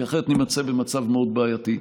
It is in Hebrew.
כי אחרת נימצא במצב מאוד בעייתי.